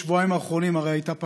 בשבועיים האחרונים, הרי הייתה פגרה,